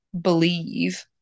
believe